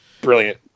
brilliant